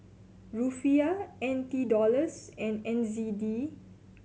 Rufiyaa N T Dollars and N Z D